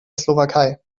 slowakei